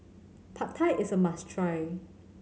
Pad Thai is a must try